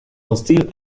hostil